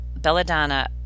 Belladonna